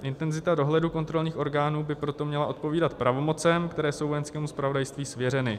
Intenzita dohledu kontrolních orgánů by proto měla odpovídat pravomocem, které jsou Vojenskému zpravodajství svěřeny.